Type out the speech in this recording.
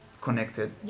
connected